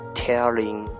telling